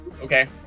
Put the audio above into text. okay